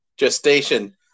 gestation